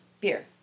beer